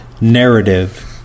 narrative